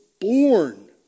born